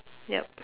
yup